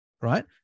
Right